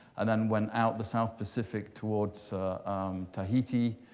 and then went out the south pacific towards tahiti,